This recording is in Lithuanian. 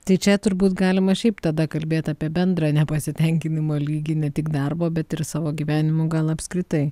tai čia turbūt galima šiaip tada kalbėt apie bendrą nepasitenkinimo lyginį tik darbo bet ir savo gyvenimu gal apskritai